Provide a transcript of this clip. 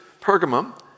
Pergamum